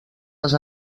les